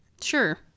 Sure